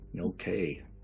Okay